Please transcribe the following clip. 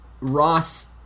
Ross